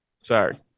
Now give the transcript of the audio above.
Sorry